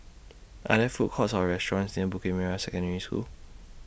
Are There Food Courts Or restaurants near Bukit Merah Secondary School